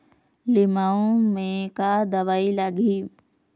लिमाऊ मे का दवई लागिही?